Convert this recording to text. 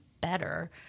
better